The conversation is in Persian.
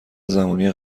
زمانی